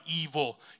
evil